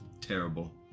terrible